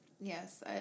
Yes